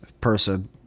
person